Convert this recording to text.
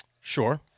Sure